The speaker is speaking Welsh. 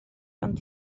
ond